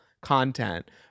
content